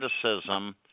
criticism